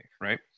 right